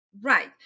Right